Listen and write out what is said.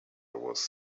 was